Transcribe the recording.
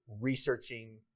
researching